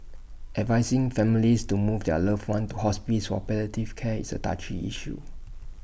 advising families to move their loved ones to hospices for palliative care is A touchy issue